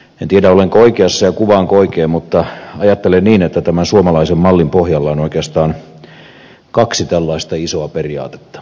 en tiedä olenko oikeassa ja kuvaanko oikein mutta ajattelen niin että tämän suomalaisen mallin pohjalla on oikeastaan kaksi tällaista isoa periaatetta